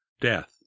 death